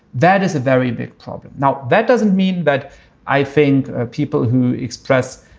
that is a very big problem. now, that doesn't mean that i think people who express,